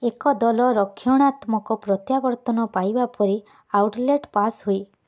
ଏକ ଦଳ ରକ୍ଷଣାତ୍ମକ ପ୍ରତ୍ୟାବର୍ତ୍ତନ ପାଇବା ପରେ ଆଉଟଲେଟ୍ ପାସ୍ ହୁଏ